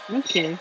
okay